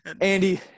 Andy